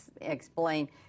explain